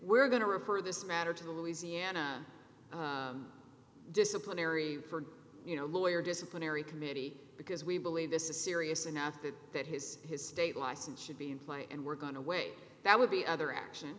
we're going to refer this matter to the louisiana disciplinary for you know lawyer disciplinary committee because we believe this is serious enough that that his his state license should be in play and we're going away that would be other action